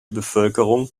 bevölkerung